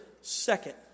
second